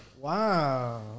Wow